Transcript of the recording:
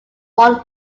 one